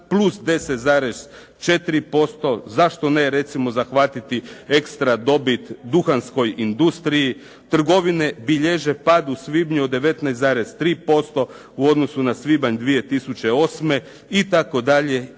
plus 10,4%. Zašto ne recimo zahvatiti ekstra dobit duhanskoj industriji. Trgovine bilježe pad u svibnju 19,3% u odnosu na svibanj 2008. itd.